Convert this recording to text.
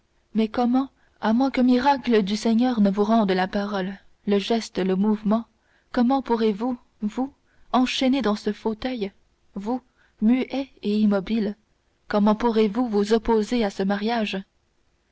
mais comment à moins qu'un miracle du seigneur ne vous rende la parole le geste le mouvement comment pourrez-vous vous enchaîné dans ce fauteuil vous muet et immobile comment pourrez-vous vous opposer à ce mariage